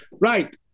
Right